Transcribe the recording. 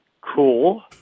cool